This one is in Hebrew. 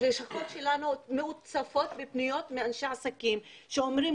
אנחנו מוצפים בפניות מאנשי עסקים שאומרים